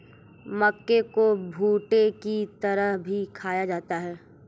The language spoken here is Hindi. मक्के को भुट्टे की तरह भी खाया जाता है